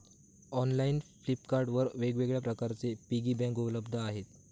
online Flipkart वर वेगवेगळ्या प्रकारचे पिगी बँक उपलब्ध आहेत